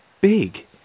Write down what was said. big